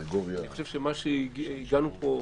הגענו לפה,